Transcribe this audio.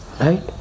Right